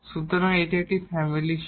সুতরাং এখানে একটি ফ্যামিলি ছিল